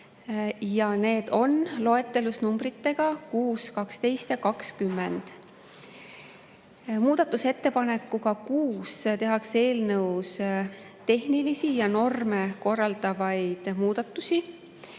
Need on loetelus numbritega 6, 12 ja 20. Muudatusettepanekuga nr 6 tehakse eelnõus tehnilisi ja norme korraldavaid muudatusi.